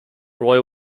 roy